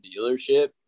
dealership